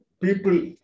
people